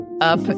up